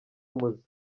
umuze